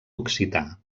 occità